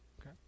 Okay